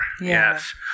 Yes